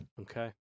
Okay